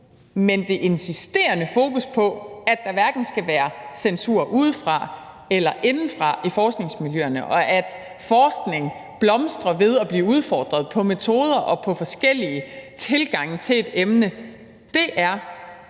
men det insisterende fokus på, at der hverken skal være censur udefra eller indefra i forskningsmiljøerne, og at forskning blomstrer ved at blive udfordret på metoder og på forskellige tilgange til et emne, er en